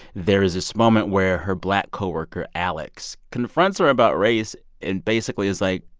there is this moment where her black co-worker alex confronts her about race and basically is like,